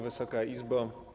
Wysoka Izbo!